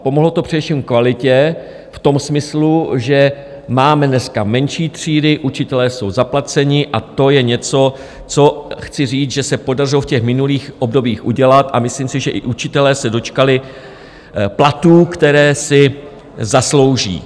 Pomohlo to především kvalitě v tom smyslu, že máme dneska menší třídy, učitelé jsou zaplaceni, a to je něco, co chci říct, že se podařilo v minulých obdobích udělat, a myslím si, že i učitelé se dočkali platů, které si zaslouží.